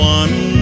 one